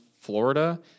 Florida